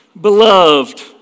beloved